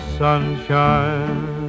sunshine